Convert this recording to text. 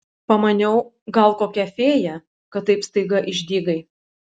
pamaniau gal kokia fėja kad taip staiga išdygai